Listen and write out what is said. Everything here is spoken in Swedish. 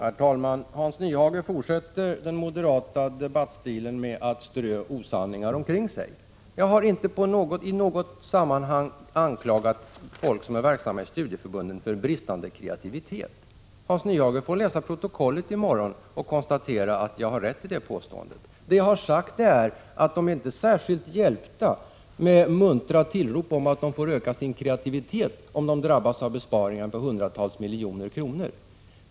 Herr talman! Hans Nyhage fortsätter den moderata debattstilen med att strö osanningar omkring sig. Jag har inte i något sammanhang anklagat folk som är verksamma i studieförbunden för bristande kreativitet. Hans Nyhage får läsa protokollet i morgon och konstatera att jag har rätt i det påståendet. Vad jag har sagt är att dessa människor inte är särskilt hjälpta av muntra tillrop om att de får öka sin kreativitet om de drabbas av besparingar på hundratals miljoner kronor.